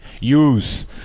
use